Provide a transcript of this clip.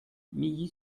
milly